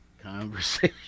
conversation